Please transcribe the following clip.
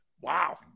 Wow